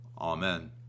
Amen